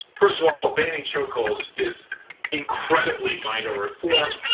first of all, banning chokeholds is incredibly minor reform.